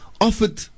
offered